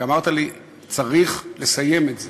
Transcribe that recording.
כי אמרת לי: צריך לסיים את זה,